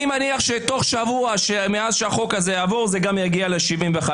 אני מניח שתוך שבוע מאז שהחוק הזה יעבור זה גם יגיע ל-75%,